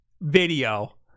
video